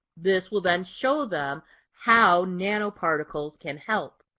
this will then show them how nanoparticles can help.